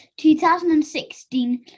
2016